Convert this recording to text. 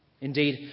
Indeed